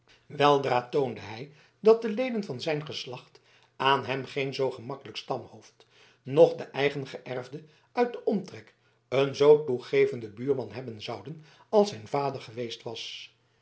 weldra toonde hij dat de leden van zijn geslacht aan hem geen zoo gemakkelijk stamhoofd noch de eigengeërfden uit den omtrek een zoo toegevenden buurman hebben zouden als zijn vader geweest was